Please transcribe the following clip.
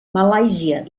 malàisia